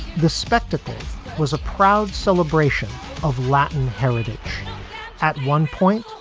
the spectacle was a proud celebration of latin heritage at one point,